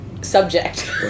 subject